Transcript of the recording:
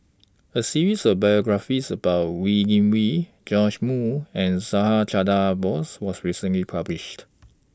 A series of biographies about Wee Wee Moo and Subhas Chandra Bose was recently published